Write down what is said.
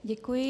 Děkuji.